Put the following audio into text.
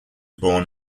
born